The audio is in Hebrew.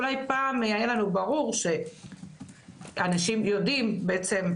מה שאולי פעם היה לנו ברור שאנשים יודעים, בעצם,